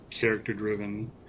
character-driven